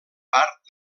part